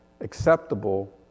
acceptable